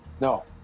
No